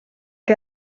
que